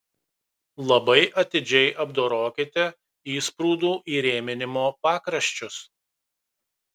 labai atidžiai apdorokite įsprūdų įrėminimo pakraščius